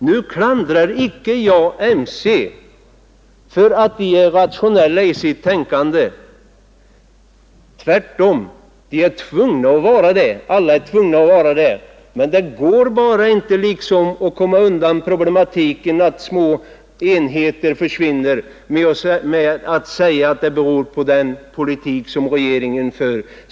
Jag klandrar icke MC för att man är rationell i sitt tänkande. Tvärtom, det är man tvungen att vara. Alla är tvungna att vara det, men det går inte att komma undan den problematik som består i att de små enheterna försvinner bara genom att säga att det beror på den politik som regeringen för.